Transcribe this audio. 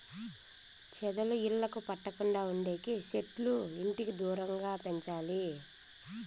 చెదలు ఇళ్లకు పట్టకుండా ఉండేకి సెట్లు ఇంటికి దూరంగా పెంచాలి